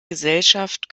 gesellschaft